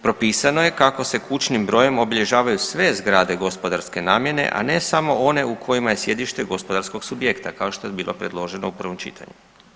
Propisano je kako se kućnim brojem obilježavaju sve zgrade gospodarske namjene, a ne samo one u kojima je sjedište gospodarskog subjekta kao što je bilo predloženo u prvom čitanju.